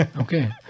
Okay